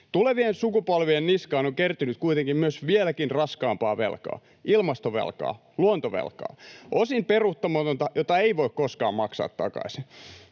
Tulevien sukupolvien niskaan on kertynyt kuitenkin myös vieläkin raskaampaa velkaa, ilmastovelkaa, luontovelkaa — osin peruuttamatonta, jota ei voi koskaan maksaa takaisin.